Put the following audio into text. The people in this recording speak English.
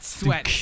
sweat